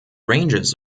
ranges